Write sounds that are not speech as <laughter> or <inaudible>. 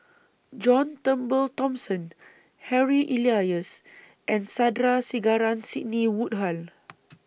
John Turnbull Thomson Harry Elias and Sandrasegaran Sidney Woodhull <noise>